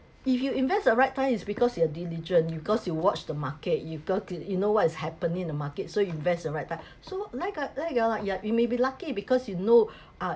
if you invest a right time is because you are diligent because you watched the market you got to you know what is happening in the market so invest in right time so like I like ya ya you may be lucky because you know uh